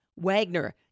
Wagner